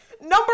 Number